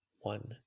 One